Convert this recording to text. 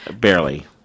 Barely